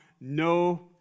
no